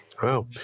Wow